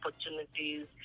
opportunities